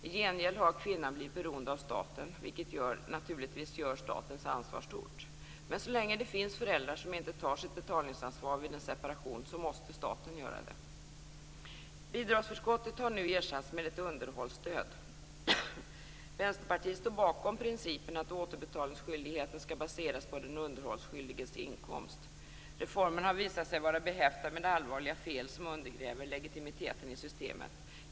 I gengäld har kvinnan blivit beroende av staten, vilket naturligtvis gör statens ansvar stort. Men så länge det finns föräldrar som inte tar sitt betalningsansvar vid en separation måste staten göra det. Bidragsförskottet har nu ersatts med ett underhållsstöd. Vänsterpartiet står bakom principen att återbetalningsskyldigheten skall baseras på den underhållsskyldiges inkomst. Reformen har visat sig vara behäftad med allvarliga fel som undergräver legitimiteten i systemet.